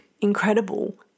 incredible